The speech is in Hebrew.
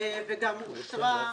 וגם אושרה.